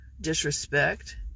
disrespect